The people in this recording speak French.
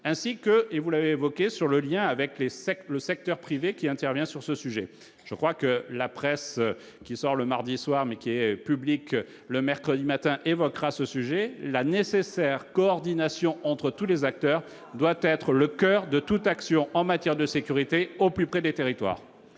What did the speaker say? ainsi que vous l'avez évoqué sur le lien avec. Les c'est que le secteur privé qui intervient sur ce sujet, je crois que la presse, qui sort le mardi soir, mais qui est publique, le mercredi matin, évoquera ce sujet la nécessaire coordination entre tous les acteurs, doit être le coeur de toute action en matière de sécurité au plus près des territoires.